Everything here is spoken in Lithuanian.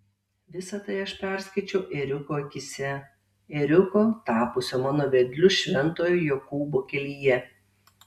visa tai aš perskaičiau ėriuko akyse ėriuko tapusio mano vedliu šventojo jokūbo kelyje